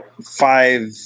five